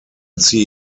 see